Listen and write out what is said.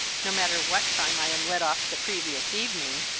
no matter what time i am let off the previous evening.